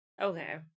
Okay